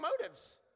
motives